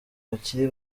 bakiri